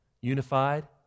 unified